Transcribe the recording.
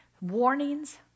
warnings